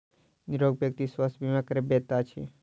निरोग व्यक्ति स्वास्थ्य बीमा करबैत अछि